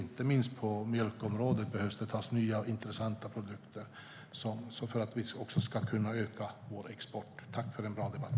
Inte minst på mjölkområdet behövs nya intressanta produkter så att exporten kan öka. Tack för en bra debatt!